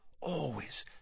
Always